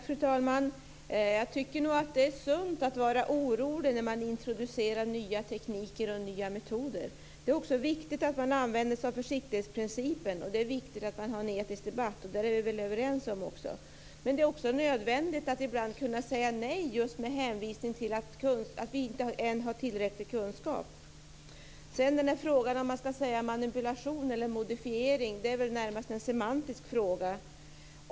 Fru talman! Jag tycker nog att det är sunt att vara orolig när man introducerar nya tekniker och nya metoder. Det är också viktigt att man använder sig av försiktighetsprincipen och att man för en etisk debatt, och det är vi överens om. Men det är också nödvändigt att ibland säga nej med hänvisning just till att vi ännu inte har tillräcklig kunskap. Frågan om ifall man ska säga manipulation eller modifiering är väl närmast en semantisk fråga.